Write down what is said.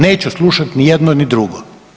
Neću slušati ni jedno ni drugo.